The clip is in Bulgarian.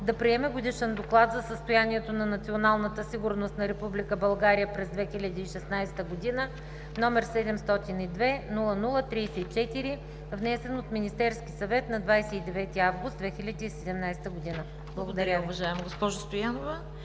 да приеме Годишен доклад за състоянието на националната сигурност на Република България през 2016 г., № 702-00-34, внесен от Министерския съвет на 29 август 2017 г.“ Благодаря Ви. Благодаря, уважаема госпожо Стоянова.